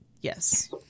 Yes